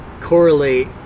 correlate